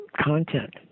content